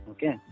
Okay